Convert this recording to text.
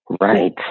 Right